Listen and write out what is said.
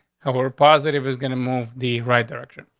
however positive is going to move the right direction.